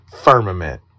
firmament